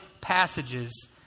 passages